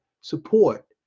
support